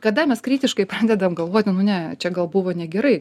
kada mes kritiškai pradedam galvot nu ne čia gal buvo negerai